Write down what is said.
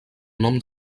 nom